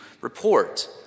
report